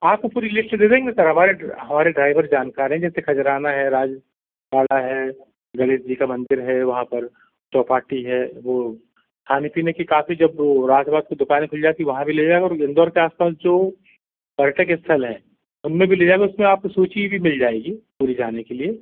आपको पूरी लिस्ट दे देंगे ना सर हमारे हमारे ड्राइवर जानकार हैं जैसे खजराना है राजवाड़ा है गणेश जी का मंदिर है वहाँ पर चौपाटी है वो खाने पीने की काफ़ी जब ओ रात वात को दुकानें खुल जाती वहाँ भी ले जाएगा और इंदौर के आस पास जो पर्यटक स्थल हैं उनमें भी ले जाएगा उसमें आपको सूची भी मिल जाएगी पूरी जाने के लिए